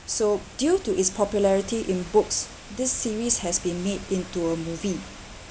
so due to its popularity in books this series has been made into a movie